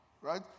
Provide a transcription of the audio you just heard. Right